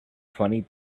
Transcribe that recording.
twenty